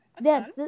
Yes